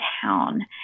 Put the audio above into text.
town